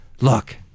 Look